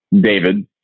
David